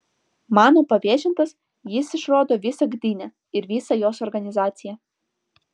mano pavėžintas jis išrodo visą gdynę ir visą jos organizaciją